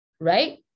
Right